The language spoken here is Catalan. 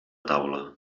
taula